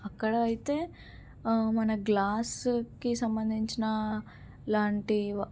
అక్కడ అయితే మన గ్లాస్కి సంబంధించిన లాంటి